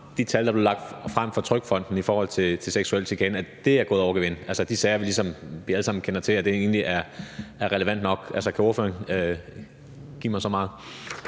de tal, der blev lagt frem af TrygFonden i forhold til seksuel chikane, viser, at det er gået over gevind, altså de sager, vi ligesom alle sammen kender til, egentlig er relevante nok? Altså, kan ordføreren give mig så meget?